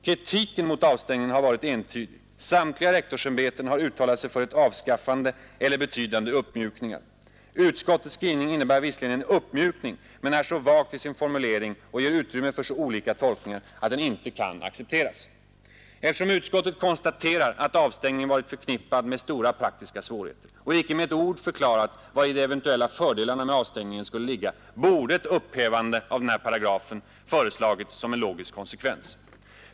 Kritiken mot avstängningen har varit entydig. Samtliga rektorsämbeten har uttalat sig för ett avskaffande eller betydande uppmjukningar. Utskottets skrivning innebär visserligen en uppmjukning men är så vag till sin formulering och ger utrymme för så olika tolkningar att den inte kan accepteras. Eftersom utskottet konstaterar att avstängningen varit förknippad med stora praktiska svårigheter och icke med ett ord förklarat, vari de eventuella fördelarna med avstängningen skulle ligga, borde ett upphävande av avstängningsparagrafen föreslagits som en logisk konsekvens.